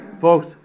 Folks